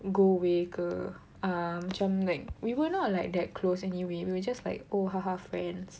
go away ke um macam like we were not like that close anyway we were just like oh ha ha friends